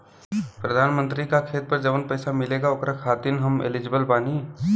प्रधानमंत्री का खेत पर जवन पैसा मिलेगा ओकरा खातिन आम एलिजिबल बानी?